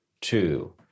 Two